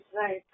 right